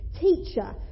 Teacher